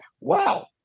wow